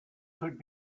could